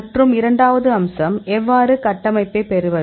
மற்றும் இரண்டாவது அம்சம் எவ்வாறு கட்டமைப்பைப் பெறுவது